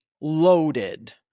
loaded